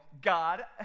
God